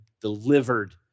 delivered